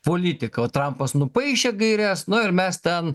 politiką trampas nupaišė gaires nu ir mes ten